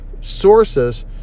sources